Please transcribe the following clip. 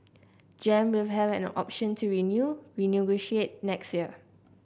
Gem will have an option to renew renegotiate next year